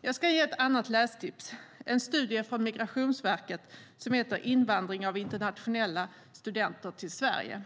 Jag ska ge ett annat lästips, en studie från Migrationsverket som heter Invandring av internationella studenter till Sverige .